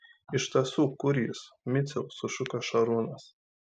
iš tiesų kur jis miciau sušuko šarūnas